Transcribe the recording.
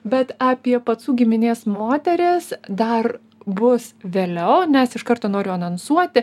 bet apie pacų giminės moteris dar bus vėliau nes iš karto noriu anonsuoti